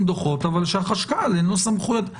דוחות אבל שלחשב הכללי אין סמכויות.